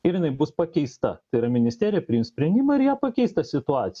ir jinai bus pakeista tai yra ministerija priims sprendimą ir ją pakeis tą situaciją